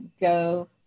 go